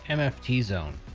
and mft zone.